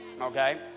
okay